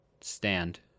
stand